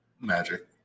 magic